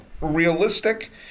realistic